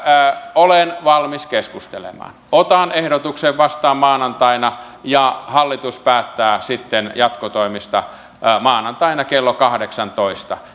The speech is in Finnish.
olen valmis keskustelemaan otan ehdotuksen vastaan maanantaina ja hallitus päättää sitten jatkotoimista maanantaina kello kahdeksantoista